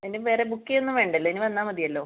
ഇനി വേറെ ബുക്ക് ചെയ്യുകയൊന്നും വേണ്ടല്ലോ ഇനി വന്നാൽ മതിയല്ലോ